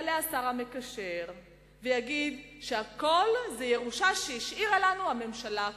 יעלה השר המקשר ויגיד שהכול זה ירושה שהשאירה לנו הממשלה הקודמת.